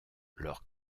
leurs